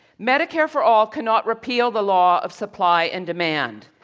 medicare for all cannot repeal the law of supply and demand.